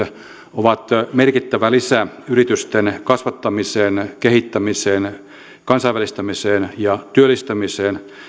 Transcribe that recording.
ovat merkittävä lisä yritysten kasvattamiseen kehittämiseen kansainvälistämiseen ja työllistämiseen